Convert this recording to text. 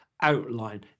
outline